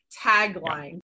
tagline